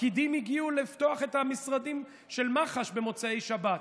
הפקידים הגיעו לפתוח את המשרדים של מח"ש במוצאי שבת,